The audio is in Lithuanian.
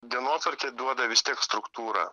dienotvarkė duoda vis tik struktūrą